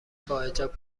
باحجاب